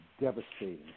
devastating